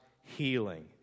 healing